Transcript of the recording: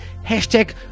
hashtag